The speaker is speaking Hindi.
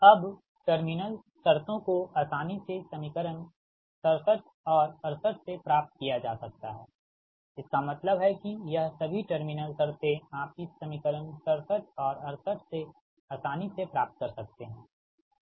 अब टर्मिनल शर्तों को आसानी से समीकरण 67 और 68 से प्राप्त किया जा सकता है इसका मतलब है कि यह सभी टर्मिनल शर्तें आप इस समीकरण 67 और 68 से आसानी से प्राप्त कर सकते हैं